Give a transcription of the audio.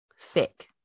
thick